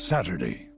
Saturday